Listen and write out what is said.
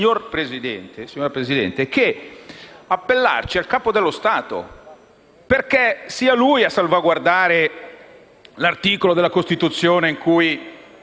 ci resta che appellarci al Capo dello Stato, perché sia lui a salvaguardare l'articolo della Costituzione in cui